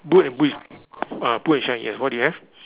boot and boot uh boot and shine yes what do you have